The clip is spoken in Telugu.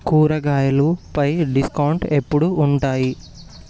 కూరగాయలు పై డిస్కౌంట్ ఎప్పుడు ఉంటాయి